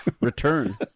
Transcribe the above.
Return